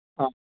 ꯑꯥ